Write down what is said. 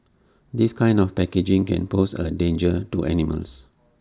this kind of packaging can pose A danger to animals